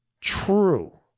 true